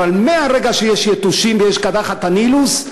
אבל מהרגע שיש יתושים ויש קדחת הנילוס,